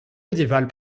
médiévale